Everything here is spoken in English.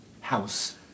House